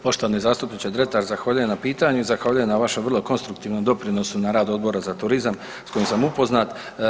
Poštovani zastupniče Dretar zahvaljujem na pitanju i zahvaljujem na vašem vrlo konstruktivnom doprinosu na radu Odbora za turizam s kojim sam upoznat.